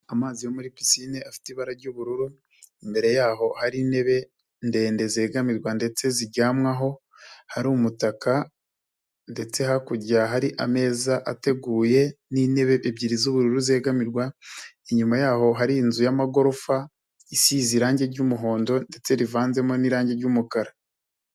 Amazi yo muri pisine afite ibara ry'ubururu, imbere yaho hari intebe ndende zegamirwa ndetse zijyanwaho, hari umutaka ndetse hakurya hariri ameza ateguye n'intebe ebyiri z'ubururu zegamirwa, inyuma y'aho hari inzu y'amagorofa isize irangi ry'umuhondo ndetse rivanzemo n'irangi ry'umukara.